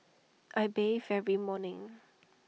I bathe every morning